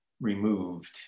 removed